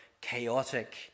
chaotic